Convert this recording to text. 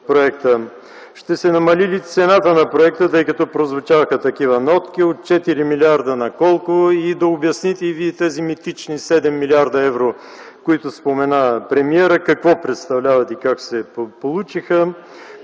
Ще се намали ли цената на проекта, тъй като прозвучаха такива нотки – от 4 милиарда на колко, и да обясните и Вие тези митични 7 млрд. евро, които спомена премиера, какво представляват и как се получиха?